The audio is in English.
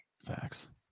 Facts